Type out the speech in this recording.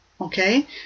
Okay